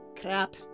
Crap